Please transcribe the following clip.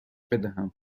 بدهم